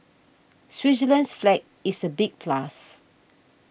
Switzerland's flag is a big plus